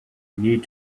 need